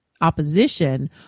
opposition